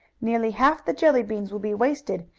nearly half the jelly beans will be wasted,